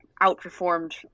outperformed